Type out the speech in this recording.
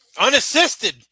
Unassisted